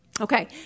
Okay